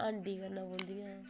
हांडी करनियां पौंदियां